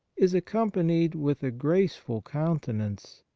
is accompanied with a graceful countenance,